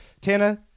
Tana